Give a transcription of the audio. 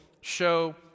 show